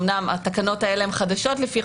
מן הסתם הבדיקה היא קודם כול באגפים.